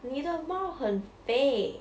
你的猫很肥